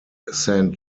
saint